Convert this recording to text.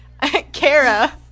Kara